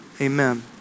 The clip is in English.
Amen